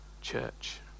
church